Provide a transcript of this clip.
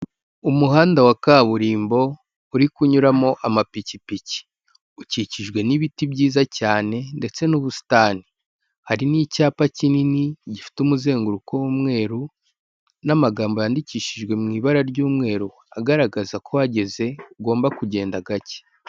Umuhanda wa kaburimbo uri kunyuramo amapikipiki, ukikijwe n'ibiti byiza cyane ndetse n'ubusitani, hari n'icyapa kinini gifite umuzenguruko w'umweru n'amagambo yandikishijwe mu ibara ry'umweru agaragaza ko uhageze ugomba kugenda gake.